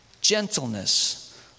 gentleness